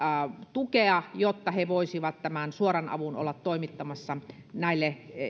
tukea jotta he voisivat tämän suoran avun olla toimittamassa näille